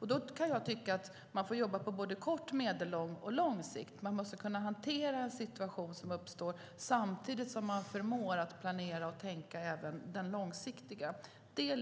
Då kan jag tycka att man får jobba på såväl kort och medellång som lång sikt. Man måste kunna hantera de situationer som uppstår samtidigt som man förmår planera och tänka långsiktigt.